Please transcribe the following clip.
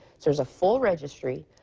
sort of full registry,